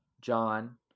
John